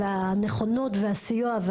על הנכונות והסיוע,